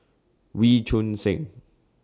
Wee Choon Seng